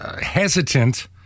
hesitant